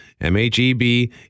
MHEB